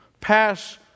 pass